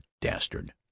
dastard